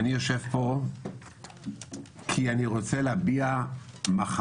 אני יושב פה כי אני רוצה להביע מחאה.